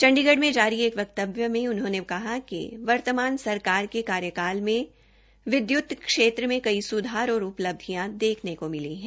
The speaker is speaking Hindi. चंडीगए में जारी एक वक्तव्य में उन्होंने कहा कि वर्तमान सरकार के कार्यकाल में विध्त क्षेत्र मे कई सुधार और उपलब्धियां देखेने को मिली है